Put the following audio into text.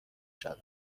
شود